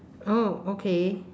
oh okay